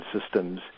systems